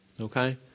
Okay